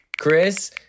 Chris